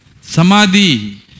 Samadhi